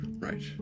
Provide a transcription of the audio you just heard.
Right